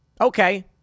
okay